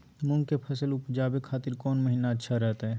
मूंग के फसल उवजावे खातिर कौन महीना अच्छा रहतय?